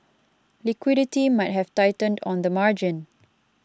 liquidity might have tightened on the margin